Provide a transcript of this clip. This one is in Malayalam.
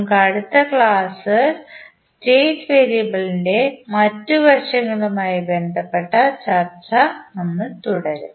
നമ്മുടെ അടുത്ത ക്ലാസ്സിൽ സ്റ്റേറ്റ് വേരിയബിളിന്റെ മറ്റ് വശങ്ങളുമായി ബന്ധപ്പെട്ട ചർച്ച നമ്മൾ തുടരും